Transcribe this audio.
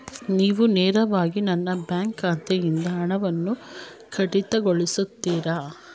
ನೀವು ನೇರವಾಗಿ ನನ್ನ ಬ್ಯಾಂಕ್ ಖಾತೆಯಿಂದ ಹಣವನ್ನು ಕಡಿತಗೊಳಿಸುತ್ತೀರಾ?